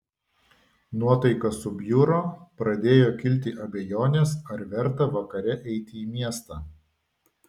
nuotaika subjuro pradėjo kilti abejonės ar verta vakare eiti į miestą